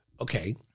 Okay